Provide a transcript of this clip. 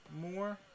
more